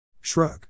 Shrug